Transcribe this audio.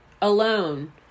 alone